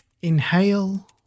Inhale